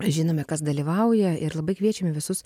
žinome kas dalyvauja ir labai kviečiame visus